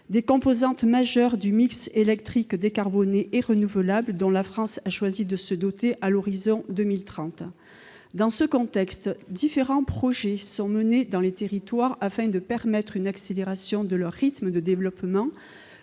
des composantes majeures du mix électrique décarboné et renouvelable dont la France a choisi de se doter à l'horizon de 2030. Dans ce contexte, différents projets sont menés dans les territoires afin de permettre une accélération de leur rythme de développement,